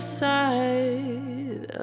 side